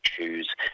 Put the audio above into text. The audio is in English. choose